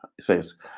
says